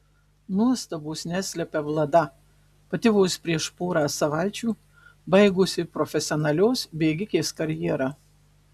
nuostabos neslepia vlada pati vos prieš porą savaičių baigusi profesionalios bėgikės karjerą